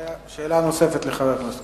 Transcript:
שאלה נוספת, חבר הכנסת